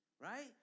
right